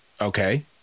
okay